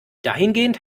dahingehend